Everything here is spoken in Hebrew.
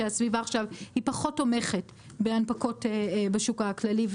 שהסביבה שם פחות תומכת בהנפקות בשוק הכללי,